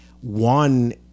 one